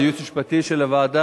לייעוץ המשפטי של הוועדה,